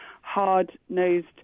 hard-nosed